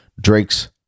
Drake's